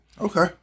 Okay